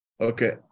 Okay